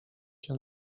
się